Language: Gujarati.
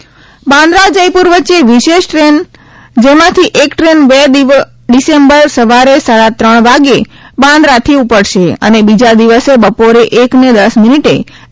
વિશેષ ટ્રેન બાંક્રા જયપુર વચ્ચે વિશેષ ટ્રેન જેમાંથી એક ટ્રેન બે ડિસેમ્બર સવારે સાડા ત્રણ વાગ્યે બાંદ્રાથી ઉપડશે અને બીજા દિવસે બપોરે એક ને દસ મિનિટે જયપુર પહેચશે